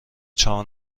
چهار